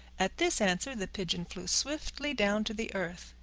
at this answer, the pigeon flew swiftly down to the earth.